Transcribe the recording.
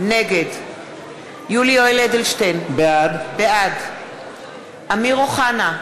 נגד יולי יואל אדלשטיין, בעד אמיר אוחנה,